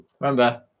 remember